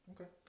Okay